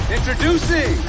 Introducing